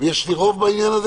יש לי רוב בעניין הזה?